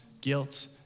guilt